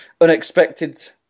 unexpected